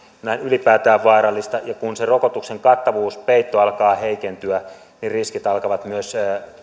ylipäätään vaarallista ja kun se rokotuksen kattavuuspeitto alkaa heikentyä niin riskit alkavat myös